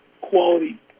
quality